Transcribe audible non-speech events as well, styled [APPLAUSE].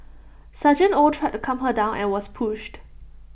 [UNINTELLIGIBLE] oh tried to calm her down and was pushed